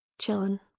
chilling